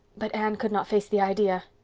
but anne could not face the idea.